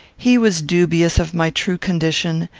he was dubious of my true condition,